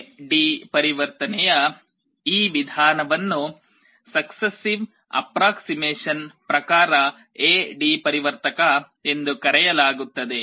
A D ಪರಿವರ್ತನೆಯ ಈ ವಿಧಾನವನ್ನು ಸಕ್ಸಸ್ಸೀವ್ ಅಪ್ರಾಕ್ಸಿಮಾಷನ್ ಪ್ರಕಾರ ಎ ಡಿ ಪರಿವರ್ತಕ ಎಂದು ಕರೆಯಲಾಗುತ್ತದೆ